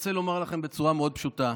רוצה לומר לכם בצורה מאוד פשוטה: